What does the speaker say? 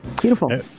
Beautiful